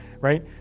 right